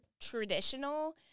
traditional